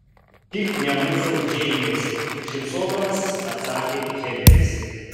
tik ne mūsų džeinės šypsodamasis atsakė henris